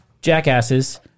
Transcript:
jackasses